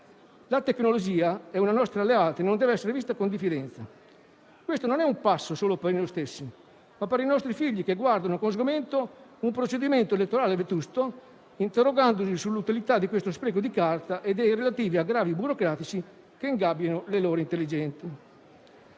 La tecnologia è una nostra alleata e non deve essere vista con diffidenza. Questo non è un passo solo per noi stessi, ma per i nostri figli che guardano con sgomento un procedimento elettorale vetusto, interrogandosi sull'utilità di questo spreco di carta e dei relativi aggravi burocratici che ingabbiano le loro intelligenze.